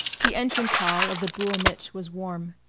the entrance hall of the boul' mich' was warm.